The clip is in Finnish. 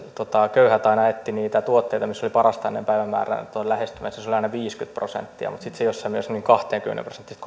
köyhät aina etsivät niitä tuotteita missä olisi parasta ennen päivämäärä lähestymässä se oli aina viisikymmentä prosenttia mutta sitten se jossain vaiheessa meni kahteenkymmeneen prosenttiin